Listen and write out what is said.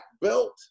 belt